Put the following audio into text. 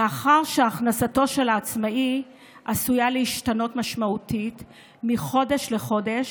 מאחר שהכנסתו של העצמאי עשויה להשתנות משמעותית מחודש לחודש,